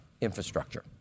infrastructure